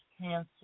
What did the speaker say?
cancer